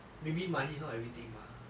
maybe money is not everything mah